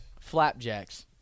Flapjacks